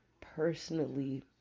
personally